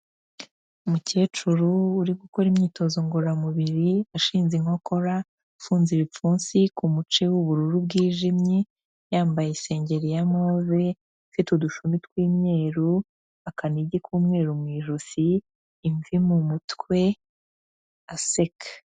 Umukecuru uri gukora imyitozo ngororamubiri ashinze inkokora afunze ibipfunsi ku muce w'ubururu bwijimye, yambaye isengeri ya move, ifite udushumi tw'imyeru, akanigi k'umweru mu ijosi, imvi mu mutwe aseka.